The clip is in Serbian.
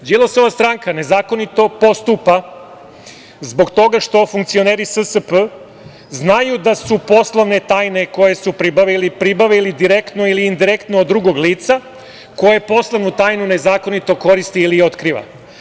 Đilasova stranka nezakonito postupa zbog toga što funkcioneri SSP znaju da su poslovne tajne koje su pribavili pribavili direktno ili indirektno od drugog lica koje poslovnu tajnu nezakonito koristi ili otkriva.